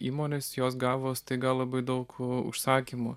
įmonės jos gavo staiga labai daug užsakymų